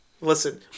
Listen